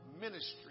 ministry